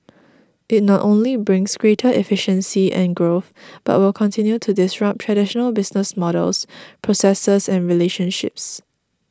it not only brings greater efficiency and growth but will continue to disrupt traditional business models processes and relationships